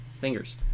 Fingers